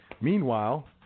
Meanwhile